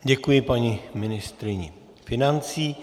Děkuji paní ministryni financí.